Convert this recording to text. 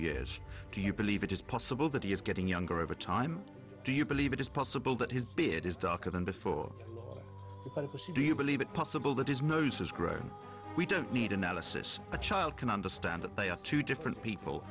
years do you believe it is possible that he is getting younger over time do you believe it is possible that his bid is darker than before do you believe it possible that his nose is gross we don't need analysis a child can understand that they are two different people